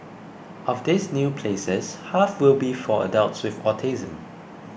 of these new places half will be for adults with autism